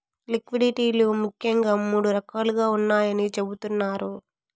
liquidity లు ముఖ్యంగా మూడు రకాలుగా ఉన్నాయని చెబుతున్నారు